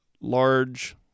large